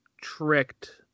tricked